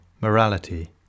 morality